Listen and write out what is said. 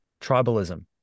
tribalism